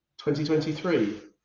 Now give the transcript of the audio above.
2023